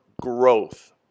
growth